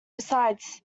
besides